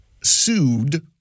sued